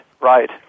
right